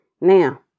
Now